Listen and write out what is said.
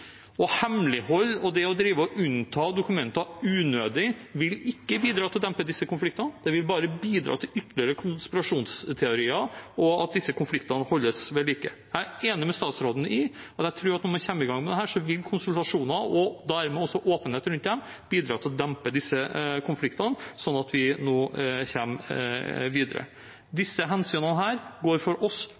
Hemmelighold og det å unnta dokumenter unødig vil ikke bidra til å dempe disse konfliktene. Det vil bare bidra til ytterligere konspirasjonsteorier og til at disse konfliktene holdes ved like. Jeg er enig med statsråden og tror at når man kommer i gang med dette, vil konsultasjoner og dermed også åpenhet rundt dem bidra til å dempe disse konfliktene sånn at vi kommer videre. Disse hensynene går for oss